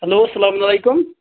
hello السلام علیکُم